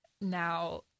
now